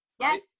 Yes